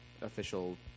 official